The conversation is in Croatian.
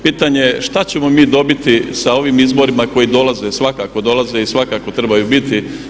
Pitanje, šta ćemo mi dobiti sa ovim izborima koji dolaze, svakako dolaze i svakako trebaju biti.